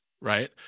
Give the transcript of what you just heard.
Right